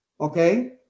Okay